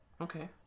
Okay